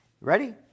Ready